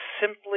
simply